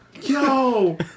Yo